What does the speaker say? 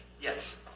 yes